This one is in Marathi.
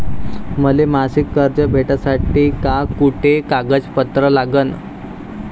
मले मासिक कर्ज भेटासाठी का कुंते कागदपत्र लागन?